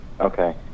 Okay